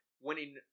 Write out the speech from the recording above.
winning